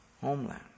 homeland